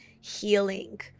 healing